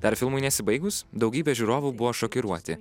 dar filmui nesibaigus daugybė žiūrovų buvo šokiruoti